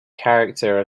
character